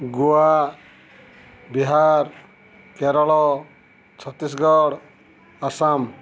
Goa Bihar Kerala Chhattisgarh Assam